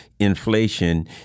Inflation